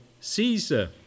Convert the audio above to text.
Caesar